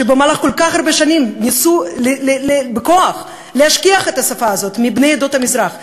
שבמהלך כל כך הרבה שנים ניסו בכוח להשכיח אותה מבני עדות המזרח.